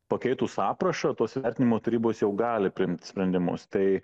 pakeitus aprašą tos vertinimo tarybos jau gali priimt sprendimus tai